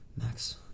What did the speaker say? Max